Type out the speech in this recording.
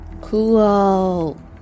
Cool